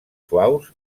suaus